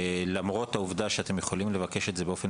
למרות העובדה שאתם יכולים לבקש את זה באופן